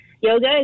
Yoga